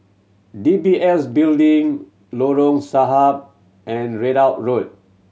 D B S Building Lorong Sahad and Ridout Road